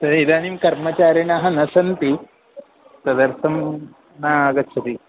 तर्हि इदानीं कर्मचारिणाः न सन्ति तदर्थं न आगच्छति